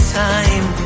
time